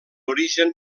origen